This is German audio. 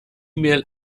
mail